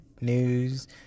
news